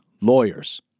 lawyers